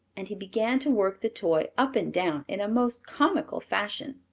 and he began to work the toy up and down in a most comical fashion.